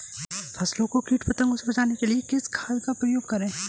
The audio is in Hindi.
फसलों को कीट पतंगों से बचाने के लिए किस खाद का प्रयोग करें?